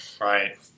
Right